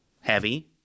heavy